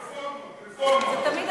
רפורמות.